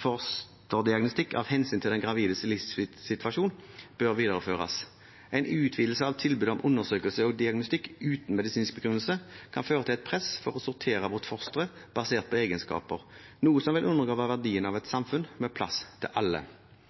fosterdiagnostikk, av hensyn til den gravides livssituasjon, bør videreføres. En utvidelse av tilbud om undersøkelse og diagnostikk uten medisinsk begrunnelse kan føre til et press for å sortere bort fostre basert på egenskaper, noe som vil undergrave verdien av et samfunn med plass til alle.